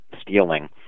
stealing